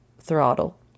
throttle